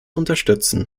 unterstützen